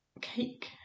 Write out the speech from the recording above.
cake